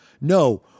no